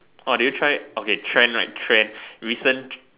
orh did you try okay trend right trend recent